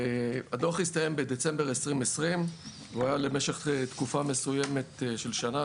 הדוח הסתיים בדצמבר 2020. והוא היה למשך תקופה מסוימת של שנה,